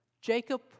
Jacob